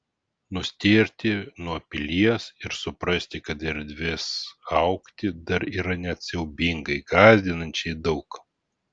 nustėrti nuo pilies ir suprasti kad erdvės augti dar yra net siaubingai gąsdinančiai daug